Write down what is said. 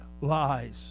lies